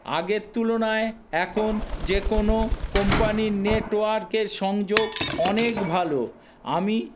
আগের তুলনায় এখন যে কোনো কোম্পানির নেটওয়ার্কের সংযোগ অনেক ভাল আমি